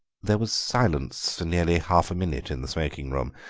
there was silence for nearly half a minute in the smoking-room,